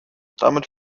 damit